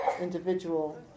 individual